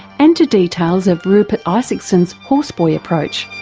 and to details of rupert isaacson's horse boy approach.